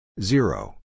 Zero